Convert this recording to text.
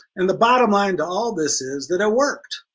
and the bottom line to all this is that it worked.